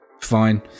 fine